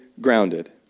grounded